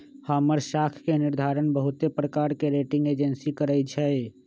हमर साख के निर्धारण बहुते प्रकार के रेटिंग एजेंसी करइ छै